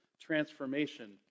transformation